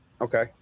Okay